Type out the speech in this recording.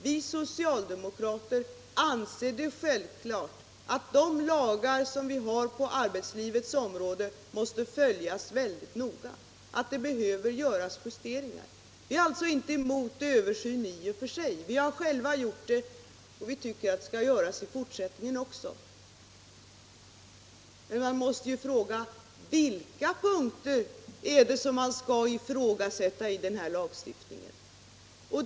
Vi socialdemokrater anser det självklart att de lagar, som vi har på arbetslivets område, måste följas uppmärksamt och att det behöver göras justeringar. Vi är alltså i och för sig inte emot en översyn. Vi har själva gjort det och vi tycker att det skall göras i fortsättningen också. Men man måste ju undra vilka punkter som skall ifrågasättas i den här lagstiftningen.